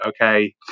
okay